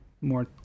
more